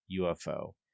UFO